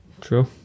true